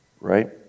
right